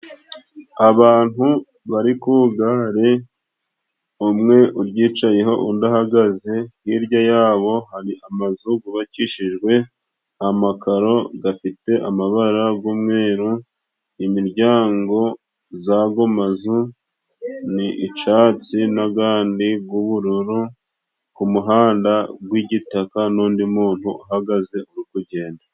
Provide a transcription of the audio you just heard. Abantu bari ku gare umwe uryicayeho undi ahahagaze, hirya yabo hari amazu gubakishijwe amakaro gafite amabara g'umweru, imiryango z'ago mazu ni icatsi n'agandi g'ubururu ku muhanda gw'igitaka, n'undi muntu uhagaze uri kugenda.